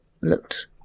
looked